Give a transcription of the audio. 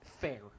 fair